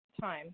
time